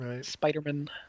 Spider-Man